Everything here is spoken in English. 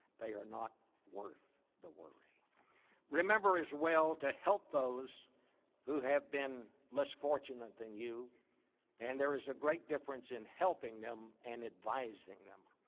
they are not worth the worry. remember as well to help those who have been less fortunate than you and there is a great difference in helping them and advising them.